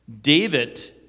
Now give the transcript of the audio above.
David